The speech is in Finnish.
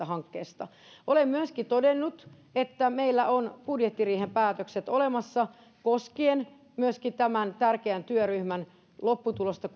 hankkeesta olen myöskin todennut että meillä on budjettiriihen päätökset olemassa koskien myöskin tämän tärkeän työryhmän lopputulosta